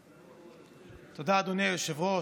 תודה, אדוני היושב-ראש.